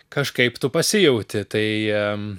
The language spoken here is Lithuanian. kažkaip tu pasijautė tai